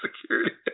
security